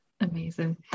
amazing